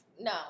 No